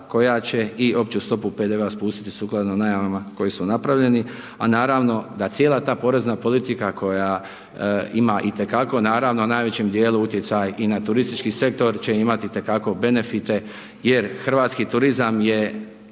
koja će i opću stopu PDV-a spustiti sukladno najavama koji su napravljeni. A naravno da cijela ta porezna politika koja ima itekako naravno u najvećem dijelu utjecaj i na turistički sektor će imati itekako benefite jer hrvatski turizam je